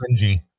cringy